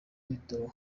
w’ibitabo